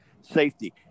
safety